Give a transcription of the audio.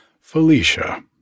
Felicia